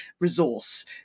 resource